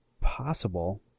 possible